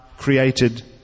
created